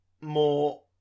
more